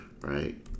Right